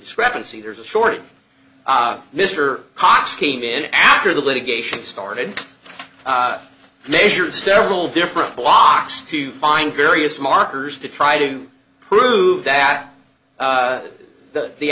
discrepancy there's a shortage mr cox came in after the litigation started measures several different blocks to find various markers to try to prove that that the